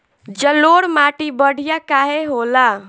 जलोड़ माटी बढ़िया काहे होला?